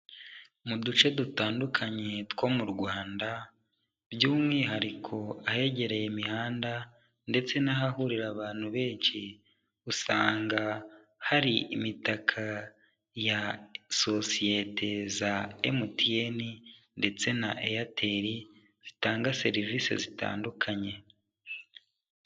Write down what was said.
Mu duce dutandukanye two mu Rwanda by'umwihariko ahegereye imihanda ndetse n'ahahurira abantu benshi, usanga hari imitaka ya sosiyete za MTN ndetse na Airtel zitanga serivise zitandukanye.